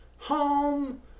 home